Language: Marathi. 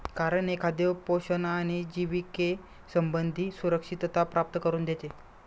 कारण हे खाद्य पोषण आणि जिविके संबंधी सुरक्षितता प्राप्त करून देते